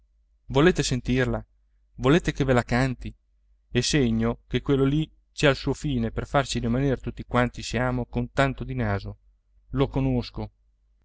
volete sentirla volete che ve la canti è segno che quello lì ci ha il suo fine per farci rimaner tutti quanti siamo con tanto di naso lo conosco